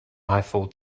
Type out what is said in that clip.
eiffel